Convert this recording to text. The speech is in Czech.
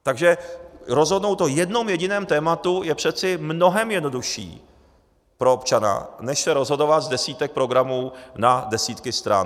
Takže rozhodnout o jednom jediném tématu je přece mnohem jednodušší pro občana než se rozhodovat z desítek programů na desítky stran.